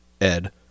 Ed